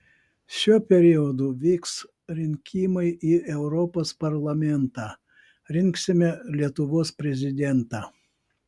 šiuo periodu vyks rinkimai į europos parlamentą rinksime lietuvos prezidentą